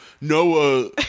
Noah